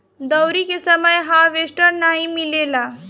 दँवरी के समय हार्वेस्टर नाइ मिलेला